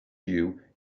you